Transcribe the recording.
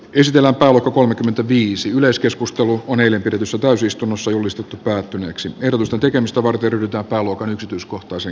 ysitiellä alko kolmekymmentäviisi yleiskeskustelu kun eilen pidetyssä täysistunnossa julistettu kaatuneeksi verotusta tekemistä varten pyytää palokan yksityiskohtaisen